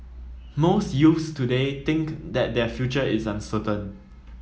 most youths today think that their future is uncertain